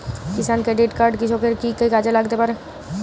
কিষান credit card কৃষকের কি কি কাজে লাগতে পারে?